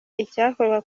icyakorwa